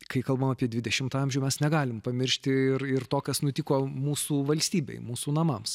kai kalbam apie dvidešimtą amžių mes negalime pamiršti ir ir to kas nutiko mūsų valstybei mūsų namams